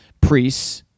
priests